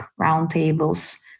roundtables